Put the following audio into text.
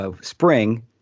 spring